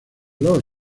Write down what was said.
los